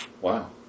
Wow